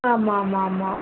ஆமாம் ஆமாம் ஆமாம்